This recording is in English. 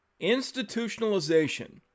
institutionalization